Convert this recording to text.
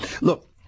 Look